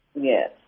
Yes